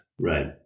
Right